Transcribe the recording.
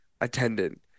attendant